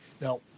now